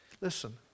listen